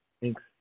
thanks